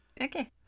Okay